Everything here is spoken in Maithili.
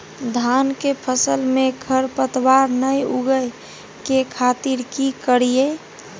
धान के फसल में खरपतवार नय उगय के खातिर की करियै?